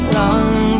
long